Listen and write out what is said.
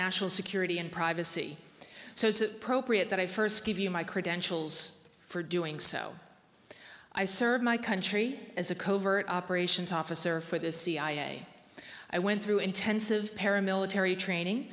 national security and privacy so it's appropriate that i first give you my credentials for doing so i served my country as a covert operations officer for the cia i went through intensive paramilitary training